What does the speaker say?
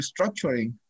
restructuring